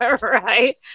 right